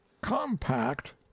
compact